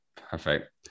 Perfect